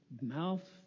mouth